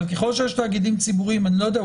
אבל ככל שיש תאגידים ציבוריים אני לא יודע,